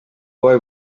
boy